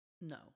No